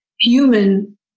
human